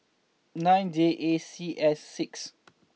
nine J A C S six